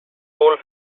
wohl